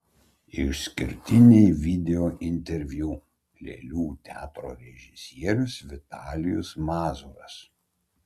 išskirtiniai videointerviu lėlių teatro režisierius vitalijus mazūras